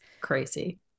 crazy